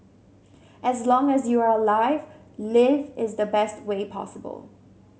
as long as you are alive live is the best way possible